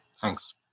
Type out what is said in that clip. Thanks